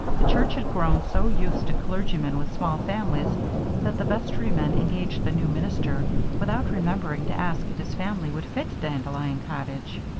the church had grown so used to clergymen with small families that the vestrymen engaged the new minister without remembering to ask if his family would fit dandelion cottage.